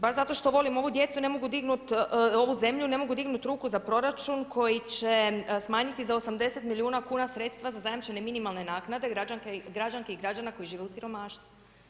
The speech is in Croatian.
Baš zato što volim ovu djecu, ne mogu dignut, ovu zemlju, ne mogu dignuti ruku za proračun koji će smanjiti za 80 milijuna kuna sredstva za zajamčene minimalne naknade građanka i građana koji žive u siromaštvu.